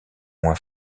moins